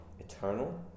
eternal